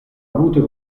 avuto